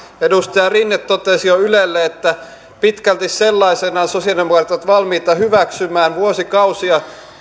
edustaja rinne totesi jo ylelle että pitkälti sellaisenaan sosialidemokraatit ovat valmiita sen hyväksymään vuosikausia